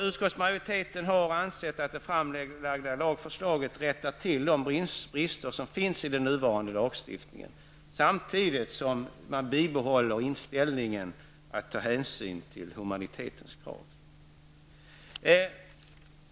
Utskottsmajoriteten har ansett att det framlagda lagförslaget rättar till de brister som finns i den nuvarande lagstiftningen samtidigt som man bibehåller inställningen att ta hänsyn till humanitära krav.